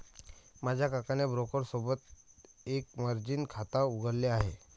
माझ्या काकाने ब्रोकर सोबत एक मर्जीन खाता उघडले आहे